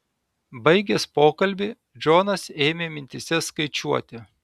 baigęs pokalbį džonas ėmė mintyse skaičiuoti